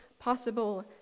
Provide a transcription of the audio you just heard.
possible